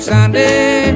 Sunday